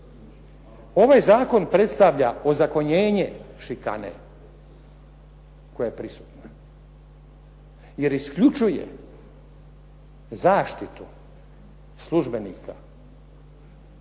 Ovaj zakon predstavlja ozakonjenje šikane koja je prisutna, jer isključuje zaštitu službenika